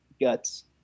guts